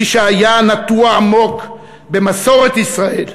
מי שהיה נטוע עמוק במסורת ישראל,